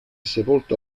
sepolto